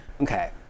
okay